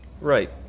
Right